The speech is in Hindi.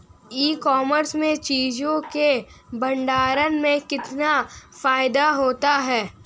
ई कॉमर्स में चीज़ों के भंडारण में कितना फायदा होता है?